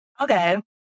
okay